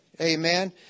Amen